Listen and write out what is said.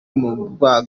n’umwuga